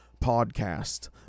podcast